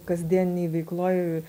kasdieninėj veikloj